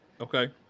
Okay